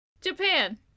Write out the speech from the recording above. Japan